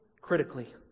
critically